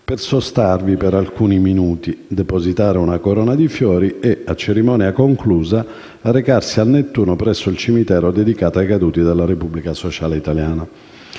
per sostarvi per alcuni minuti, depositare una corona di fiori e, a cerimonia conclusa, recarsi a Nettuno presso il cimitero dedicato ai caduti della Repubblica sociale italiana.